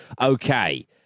Okay